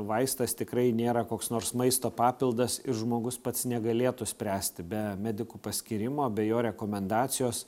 vaistas tikrai nėra koks nors maisto papildas ir žmogus pats negalėtų spręsti be medikų paskyrimo be jo rekomendacijos